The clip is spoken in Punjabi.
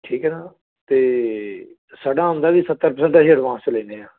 ਠੀਕ ਹੈ ਨਾ ਅਤੇ ਸਾਡਾ ਹੁੰਦਾ ਵੀ ਸੱਤਰ ਪਰਸੈਂਟ ਅਸੀਂ ਐਡਵਾਂਸ 'ਚ ਲੈਂਦੇ ਹਾਂ